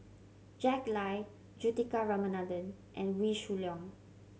Jack Lai Juthika Ramanathan and Wee Shoo Leong